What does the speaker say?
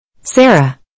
Sarah